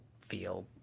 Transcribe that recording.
feel